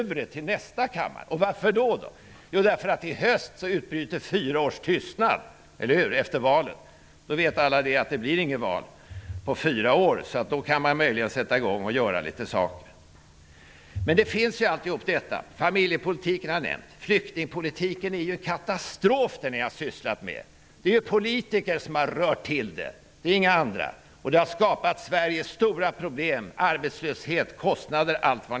Varför? Jo, i höst kommer fyra års tystnad att utbryta efter valet. Alla vet att det inte blir något nytt val förrän efter fyra år. Då kan man möjligen sätta i gång att göra något. Jag har nämnt familjepolitiken. Den flyktingpolitik ni har sysslat med är en katastrof. Det är politikerna och inga andra som har rört till det. De har skapat Sveriges stora problem med arbetslöshet, kostnader osv.